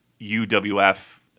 UWF